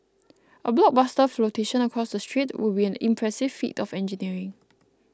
a blockbuster flotation across the strait would be an impressive feat of engineering